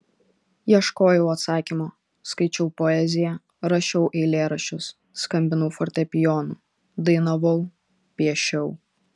ieškojau atsakymo skaičiau poeziją rašiau eilėraščius skambinau fortepijonu dainavau piešiau